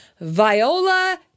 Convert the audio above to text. Viola